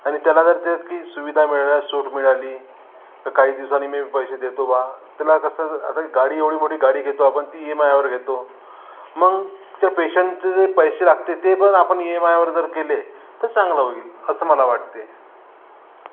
आणि त्याला जर त्यातली सुविधा मिळाल्या सूट मिळाली तर काही दिवसांनी मी पैसे देतो बा त्याला कसं आता गाडी एवढी मोठी गाडी घेतो आपण ती ई एम आयवर घेतो मग त्या पेशंटचे जे पैसे लागते ते पण आपण ई एम आयवर जर केले तर चांगलं होईल असं मला वाटते